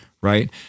right